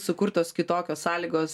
sukurtos kitokios sąlygos